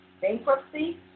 bankruptcy